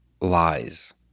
lies